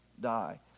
die